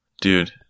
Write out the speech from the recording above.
Dude